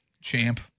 champ